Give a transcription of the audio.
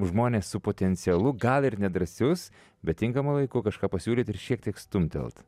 žmonės su potencialu gal ir nedrąsius bet tinkamu laiku kažką pasiūlyt ir šiek tiek stumtelt